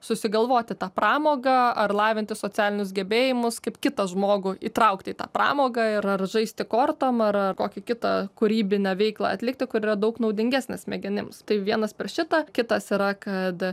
susigalvoti tą pramogą ar lavinti socialinius gebėjimus kaip kitą žmogų įtraukti į tą pramogą ir ar žaisti kortom ar ar kokį kitą kūrybinę veiklą atlikti kur yra daug naudingesnė smegenims tai vienas per šitą kitas yra kad